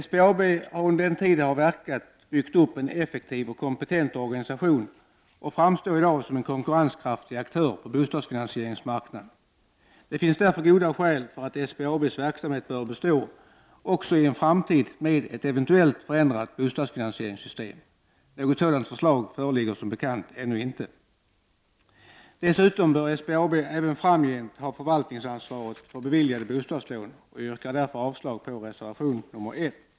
SBAB har under den tid det verkat byggt upp en effektiv och kompetent organisation och framstår i dag som en konkurrenskraftig aktör på bostadsfinansieringsmarknaden. Det finns därför goda skäl för att SBAB:s verksamhet bör bestå också i en framtid med ett eventuellt förändrat bostadsfinansieringssystem. Något sådant förslag föreligger som bekant ännu inte. Dessutom bör SBAB även framgent ha förvaltningsansvaret för beviljade bostadslån. Jag yrkar avslag på reservation 1.